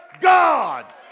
God